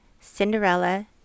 Cinderella